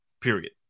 period